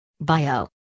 Bio